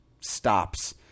stops